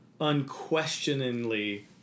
unquestioningly